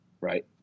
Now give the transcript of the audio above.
right